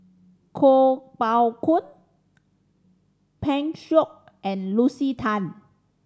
Kuo Pao Kun Pan Shou and Lucy Tan